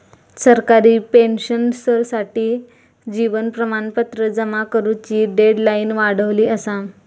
सरकारी पेंशनर्ससाठी जीवन प्रमाणपत्र जमा करुची डेडलाईन वाढवली असा